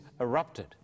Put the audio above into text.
erupted